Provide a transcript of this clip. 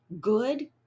good